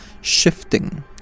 shifting